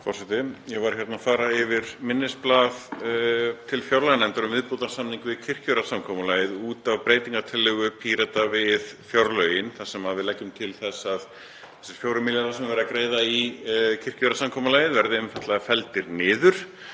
Forseti. Ég var hér að fara yfir minnisblað til fjárlaganefndar um viðbótarsamning við kirkjujarðasamkomulagið út af breytingartillögu Pírata við fjárlögin þar sem við leggjum til að þessir 4 milljarðar sem verið er að greiða í kirkjujarðasamkomulagið verði einfaldlega felldir niður.